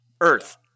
Earth